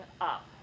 up